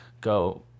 go